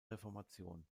reformation